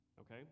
Okay